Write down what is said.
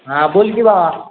हां बोल की भावा